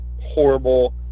horrible